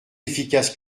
efficace